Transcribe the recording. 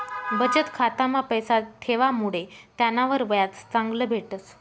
बचत खाता मा पैसा ठेवामुडे त्यानावर व्याज चांगलं भेटस